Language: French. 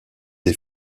des